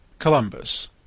Columbus